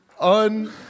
un